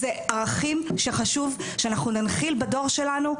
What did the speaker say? אלה ערכים שחשוב שאנחנו ננחיל בדור שלנו,